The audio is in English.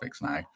now